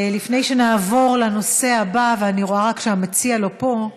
לפני שנעבור לנושא הבא, ואני רואה שהמציע לא פה,